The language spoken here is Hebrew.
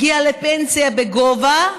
הגיע לפנסיה בגובה,